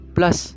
Plus